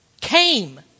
came